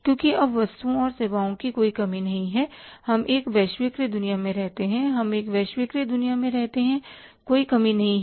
क्योंकि अब वस्तुओं और सेवाओं की कोई कमी नहीं है हम एक वैश्वीकृत दुनिया में रहते हैं हम एक वैश्वीकृत दुनिया में रहते हैं कोई कमी नहीं है